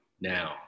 now